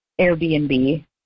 Airbnb